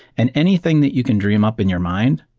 and anything that you can dream up in your mind,